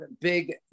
big